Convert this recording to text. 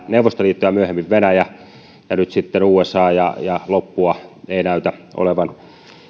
neuvostoliitto ja myöhemmin venäjä nyt sitten usa ja ja loppua ei näytä olevan